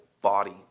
body